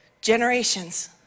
generations